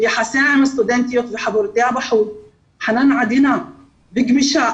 ביחסיה עם הסטודנטיות וחברותיה בחוג חנאן עדינה וגמישה,